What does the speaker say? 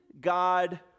God